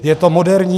Je to moderní.